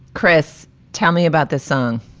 chris, tell me about this song